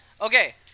Okay